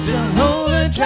Jehovah